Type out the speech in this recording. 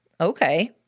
Okay